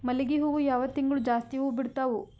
ಮಲ್ಲಿಗಿ ಹೂವು ಯಾವ ತಿಂಗಳು ಜಾಸ್ತಿ ಹೂವು ಬಿಡ್ತಾವು?